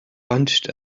bunched